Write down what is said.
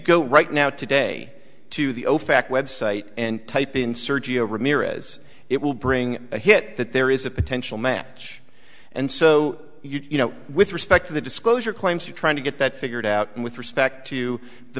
go right now today to the ofac website and type in sergio ramirez it will bring a hint that there is a potential match and so you know with respect to the disclosure claims you're trying to get that figured out with respect to the